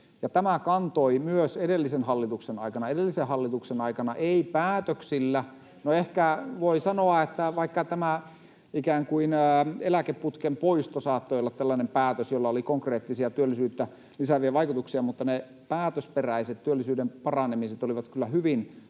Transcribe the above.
tämä kantoi myös edellisen hallituksen aikana. Edellisen hallituksen aikana ei päätöksillä... [Li Anderssonin välihuuto] No, ehkä voi sanoa, että vaikka tämä eläkeputken poisto saattoi olla ikään kuin tällainen päätös, jolla oli konkreettisia työllisyyttä lisääviä vaikutuksia, mutta ne päätösperäiset työllisyyden paranemiset olivat kyllä hyvin